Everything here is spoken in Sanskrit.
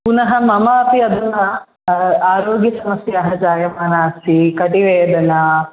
पुनः मम अपि अधुना आरोग्यसमस्याः जायमाना अस्ति कटिवेदना